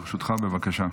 בבקשה.